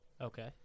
Okay